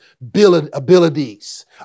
abilities